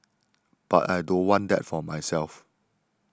but I don't want that for myself